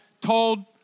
told